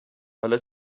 حالا